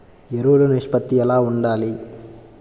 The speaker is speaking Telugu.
ఎరువులు నిష్పత్తి ఎలా ఉండాలి?